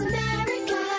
America